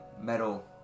metal